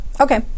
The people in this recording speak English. Okay